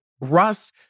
Rust